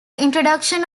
introduction